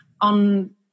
on